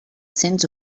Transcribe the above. cents